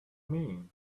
mean